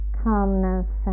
calmness